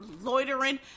loitering